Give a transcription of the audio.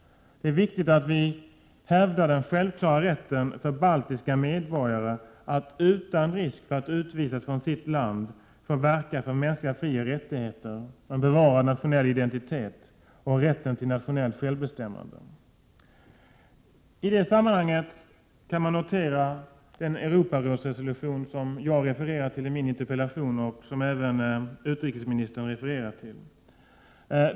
Det är viktigt att vi hävdar den självklara rätten för baltiska medborgare att utan risk för att utvisas från sitt land få verka för mänskliga frioch rättigheter, en bevarad nationell identitet och rätten till nationellt självbestämmande. I det sammanhanget kan noteras den Europarådsresolution som jag refererar till i min interpellation och som även utrikesministern refererar till.